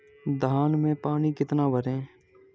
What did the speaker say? धान में पानी कितना भरें?